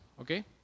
Okay